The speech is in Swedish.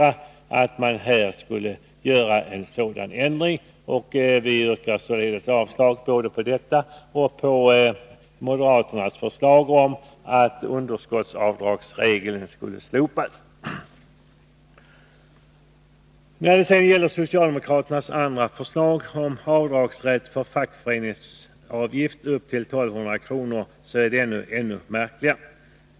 För vår del kan vi inte acceptera en sådan ändring och yrkar således avslag på detta förslag, liksom också på moderaternas förslag om att underskottsavdragsregeln skall slopas. Socialdemokraternas andra förslag, rätt till avdrag för fackföreningsavgift upp till 1 200 kr., är än märkligare.